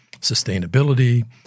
sustainability